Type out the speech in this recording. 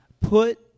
put